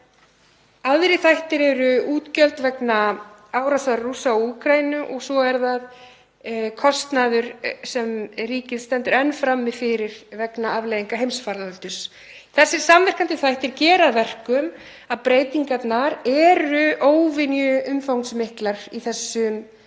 Aðrir þættir eru útgjöld vegna árásar Rússa á Úkraínu og svo er það kostnaður sem ríkið stendur enn frammi fyrir vegna afleiðinga heimsfaraldurs. Þessir samverkandi þættir gera að verkum að breytingarnar eru óvenju umfangsmiklar í þessum